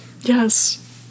yes